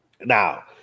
Now